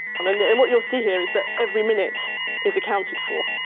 and then, and and what you'll see here is that every minute is accounted for,